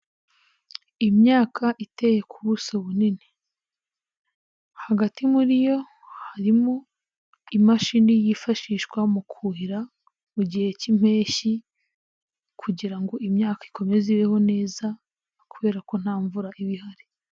Imyaka iteye ku buso bunini, hagati muri yo harimo imashini yifashishwa mu kuhira mu gihe k'impeshyi kugira ngo imyaka ikomeze ibeho neza kubera ko nta mvura iba ihari.